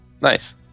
Nice